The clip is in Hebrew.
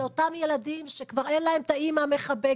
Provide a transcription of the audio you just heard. זה אותם ילדים שכבר אין להם את האימא המחבקת,